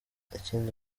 ikindi